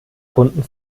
kunden